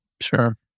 sure